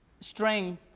string